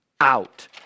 out